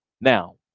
Now